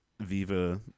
Viva